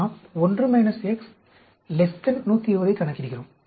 நாம் 1 x 120 ஐக் கணக்கிடுகிறோம்